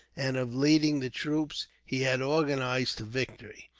and of leading the troops he had organized to victory.